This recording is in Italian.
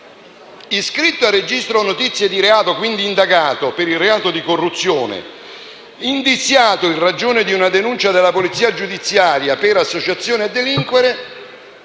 iscritto a registro notizia di reato, e quindi indagato per il reato di corruzione, indiziato in ragione di una denuncia della polizia giudiziaria per associazione a delinquere,